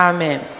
Amen